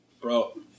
Bro